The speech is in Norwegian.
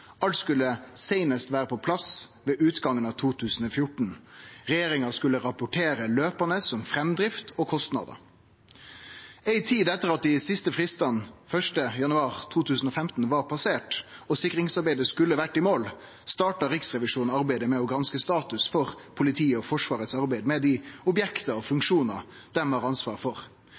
Alt skulle seinast vere på plass ved utgangen av 2014. Regjeringa skulle løpande rapportere om framdrift og kostnader. Ei tid etter at dei siste fristane var passerte, 1. januar 2015, og sikringsarbeidet skulle ha vore i mål, starta Riksrevisjonen arbeidet med å granske status for Forsvarets og politiets arbeid med dei objekta og funksjonane dei har ansvaret for, både grunnsikringa av eigne bygg og funksjonar og deira ansvar